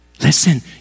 Listen